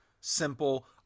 simple